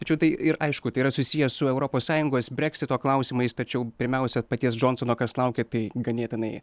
tačiau tai ir aišku tai yra susiję su europos sąjungos breksito klausimais tačiau pirmiausia paties džonsono kas laukia tai ganėtinai